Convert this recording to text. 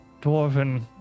dwarven